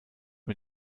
mit